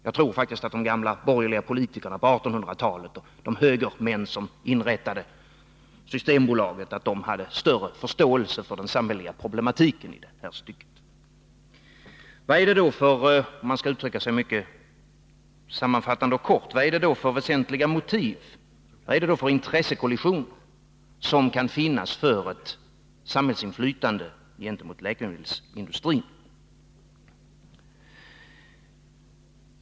Jag tror faktiskt att de gamla borgerliga politikerna på 1800-talet och de högermän som inrättade Systembolaget hade större förståelse för den samhälleliga problematiken i detta stycke. Vad är det då, om man skall göra en mycket kort sammanfattning, för väsentliga motiv och intressekollisioner som kan finnas för ett samhällsinflytande över läkemedelsindustrin?